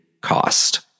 cost